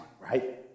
right